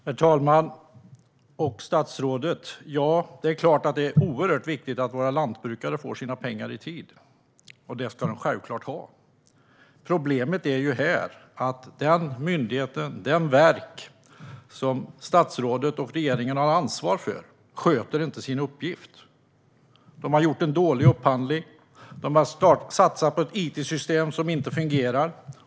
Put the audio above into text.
Herr talman och statsrådet! Det är klart att det är oerhört viktigt att våra lantbrukare får sina pengar i tid. Det ska de självklart ha. Problemet är att den myndighet, det verk, som statsrådet och regeringen har ansvar för inte sköter sin uppgift. De har gjort en dålig upphandling. De har satsat på ett it-system som inte fungerar.